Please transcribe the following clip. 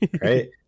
right